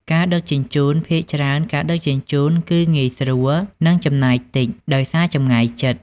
ការដឹកជញ្ជូន ភាគច្រើនការដឹកជញ្ជូនគឺងាយស្រួល និងចំណាយតិច ដោយសារចម្ងាយជិត។